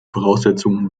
voraussetzungen